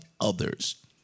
others